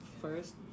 first